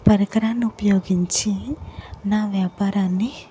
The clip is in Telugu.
పరికరాన్ని ఉపయోగించి నా వ్యాపారాన్ని